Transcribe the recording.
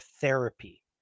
therapy